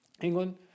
England